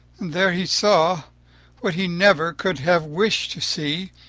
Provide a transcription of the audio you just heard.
there he saw what he never could have wished to see.